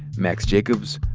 max jacobs,